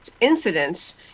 incidents